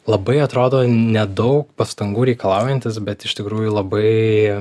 labai atrodo nedaug pastangų reikalaujantis bet iš tikrųjų labai